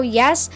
yes